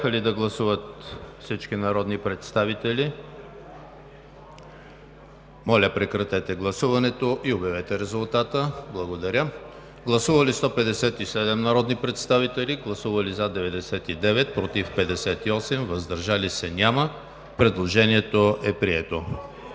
Предложението е прието.